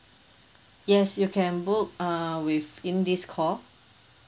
yes you can book err within this call